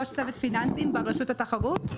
כתבנו מסמך קצר בנושא ההתפתחות בשנה האחרונה במערכת הבנקאות.